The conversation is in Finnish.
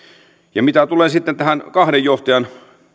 ja mitä tulee sitten tähän kahden johtajan